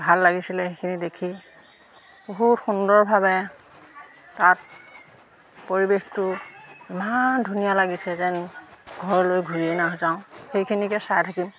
ভাল লাগিছিলে সেইখিনি দেখি বহুত সুন্দৰভাৱে তাত পৰিৱেশটো ইমান ধুনীয়া লাগিছে যেন ঘৰলৈ ঘূৰিয়ে নাযাওঁ সেইখিনিকে চাই থাকিম